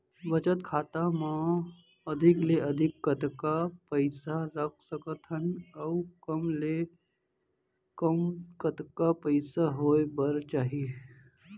बचत खाता मा अधिक ले अधिक कतका पइसा रख सकथन अऊ कम ले कम कतका पइसा होय बर चाही?